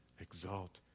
exalt